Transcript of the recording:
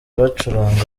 bacuranga